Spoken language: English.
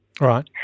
Right